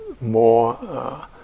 more